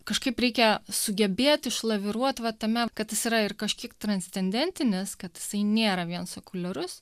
kažkaip reikia sugebėt išlaviruoti va tame kad jis yra ir kažkiek transcendentinis kad jisai nėra vien sekuliarus